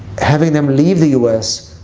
having them leave the u s.